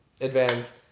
advance